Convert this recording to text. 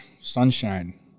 sunshine